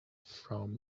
from